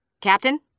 Captain